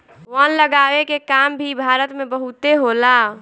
वन लगावे के काम भी भारत में बहुते होला